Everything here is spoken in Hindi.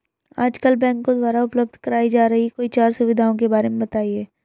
आजकल बैंकों द्वारा उपलब्ध कराई जा रही कोई चार सुविधाओं के बारे में बताइए?